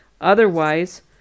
otherwise